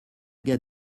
gars